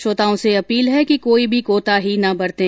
श्रोताओं से अपील है कि कोई भी कोताही न बरतें